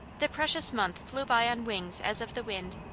the precious month flew by on wings as of the wind.